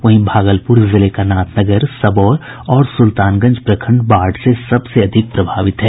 वहीं भागलपुर जिले का नाथनगर सबौर और सुल्तानगंज प्रखंड बाढ़ से सबसे अधिक प्रभावित है